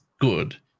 good